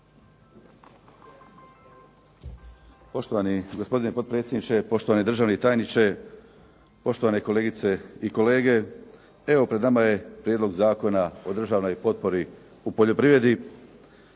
Poštovani gospodine potpredsjedniče, poštovani državni tajniče, poštovane kolegice i kolege. Evo pred nama je Prijedlog zakona o državnoj potpori u poljoprivredi.